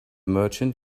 merchant